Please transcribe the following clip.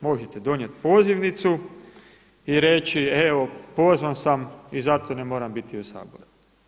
Možete donijeti pozivnicu i reći evo pozvan sam i zato ne moram biti u Saboru.